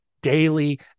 daily